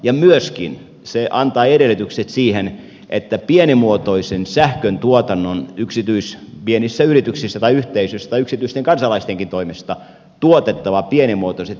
ja myöskin se antaa edellytykset pienimuotoisen sähköntuotannon yksityisissä pienissä yrityksissä tai yhteisöissä tai yksityisten kansalaistenkin toimesta tuotettaviin pienimuotoisiin sähköeriin